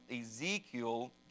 Ezekiel